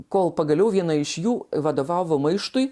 kol pagaliau viena iš jų vadovavo maištui